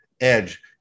edge